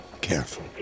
careful